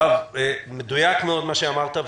יואב, מדויק מאוד מה שאמרת.